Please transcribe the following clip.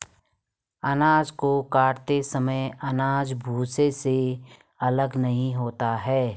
अनाज को काटते समय अनाज भूसे से अलग नहीं होता है